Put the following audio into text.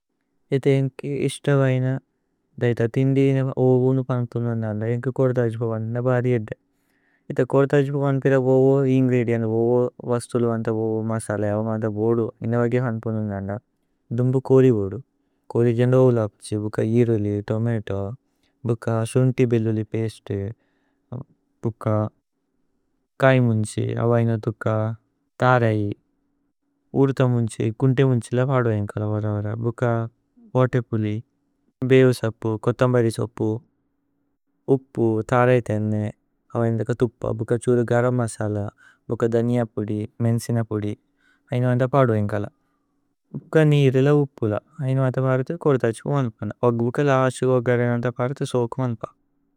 ഇഥേ ഏന്കി ഇശ്ത വൈന ദൈഥ ഥിന്ദിന ഓവോ ഉനു। പന്പുനു നന്ദ ഏന്ക കോര്ദാജിപു വന്ദന ബാരി ഏദ്ദ। ഇഥേ കോര്ദാജിപു വന്ദന പേര ഓവോ ഇന്ഗ്രേദിഏന്ത് ഓവോ। വസ്ഥുലു വന്ദന ഓവോ മസല ഏവ മധ ബോദു ഇന്ന। വഗേ പന്പുനു നന്ദ ദുമ്ബു കോരി ബോദു കോരി ജന്ദ। ഓവോ ലപുഛി ബുക ഇരുലി തോമതോ ബുക ശുന്തി ബേല്ലുലി। പസ്തേ ബുക കൈ മുന്ഛി അവൈന തുക്ക തരൈ ഉരുത। മുന്ഛി ഗുന്തേ മുന്ഛി ല പദു ഏന്കല। വരവര ബുക ബോതേ പുലി ബേവു സപ്പു കോഥമ്ബരി। സപ്പു, ഉപ്പു, തരൈ ഥേന്നേ, അവൈന തുക്ക, ബുക। ഛുരു ഗരമ് മസല ബുക ധനിഅ പുദി മേന്സിന। പുദി ഐന വന്ദ പദു ഏന്കല ഭുക നീരി ല। ഉപ്പുല ഐന വന്ദ പാരിഥു കോര്ദാജിപു വന്ദന। വഗ ബുക ലസ്തു കോഗരേന വന്ദ പാരിഥു സോകു വന്ദന।